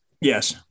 Yes